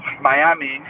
Miami